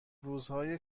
روزهای